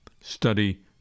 study